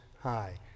high